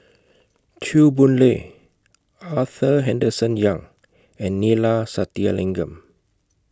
Chew Boon Lay Arthur Henderson Young and Neila Sathyalingam